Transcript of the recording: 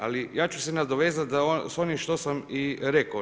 Ali ja ću se nadovezat sa onim što sam i rekao.